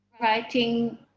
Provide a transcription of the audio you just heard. writing